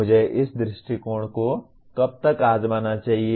मुझे इस दृष्टिकोण को कब तक आज़माना चाहिए